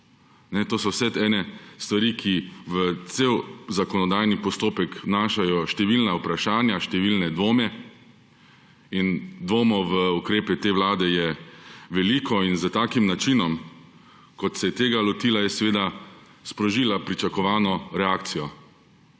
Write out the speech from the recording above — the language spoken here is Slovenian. To so vse ene stvari, ki v cel zakonodajni postopek vnašajo številna vprašanja, številne dvome. In dvomov v ukrepe te vlade je veliko in s takim načinom, kot se je tega lotila, je seveda sprožila pričakovano reakcijo